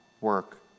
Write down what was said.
work